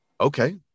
okay